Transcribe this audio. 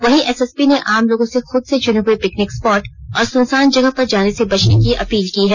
वहीं एसएसपी ने आम लोगों से खुद से चुने हुए पिकनिक स्पॉट और सुनसान जगह पर जाने से बचने की अपील की है